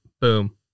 boom